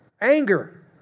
anger